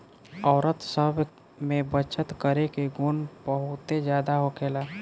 औरत सब में बचत करे के गुण बहुते ज्यादा होखेला